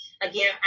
Again